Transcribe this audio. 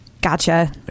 Gotcha